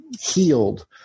healed